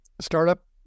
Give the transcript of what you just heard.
startup